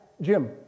Jim